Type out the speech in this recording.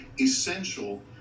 essential